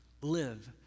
Live